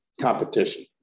competition